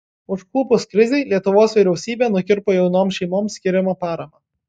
užklupus krizei lietuvos vyriausybė nukirpo jaunoms šeimoms skiriamą paramą